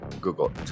Google